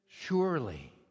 surely